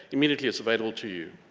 immediately it's available to you.